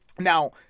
Now